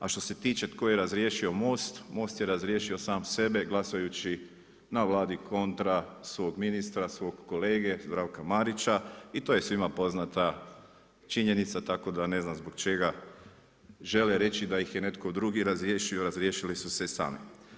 A što se tiče tko je razriješio MOST, MOST je razdriješio sam sebe glasujući na Vladi kontra svog ministra, svog kolege Zdravka Marića i to je svima poznata činjenica tako da ne znam zbog čega žele reći da ih je netko drugi razriješio, razriješili su se sami.